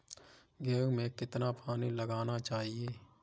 गेहूँ में कितना पानी लगाना चाहिए?